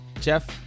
Jeff